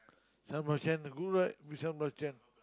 sambal belacan good right with sambal belacan